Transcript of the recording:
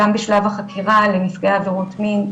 גם בשלב החקירה לנפגעי עבירות מין,